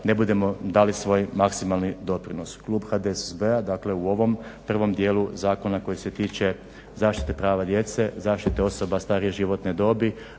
ne budemo dali svoj maksimalni doprinos. Klub HDSSB-a dakle u ovom prvom dijelu zakona koji se tiče zaštite prava djece, zaštite osoba starije životne dobi,